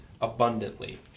abundantly